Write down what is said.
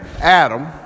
Adam